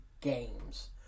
games